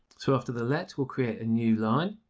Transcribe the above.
so after the let we'll create a new line.